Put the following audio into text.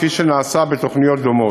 כפי שנעשה בתוכניות דומות.